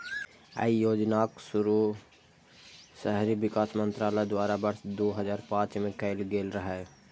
अय योजनाक शुरुआत शहरी विकास मंत्रालय द्वारा वर्ष दू हजार पांच मे कैल गेल रहै